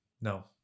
no